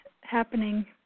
happening